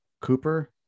Cooper